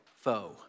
foe